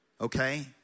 okay